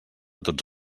tots